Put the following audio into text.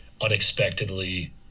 unexpectedly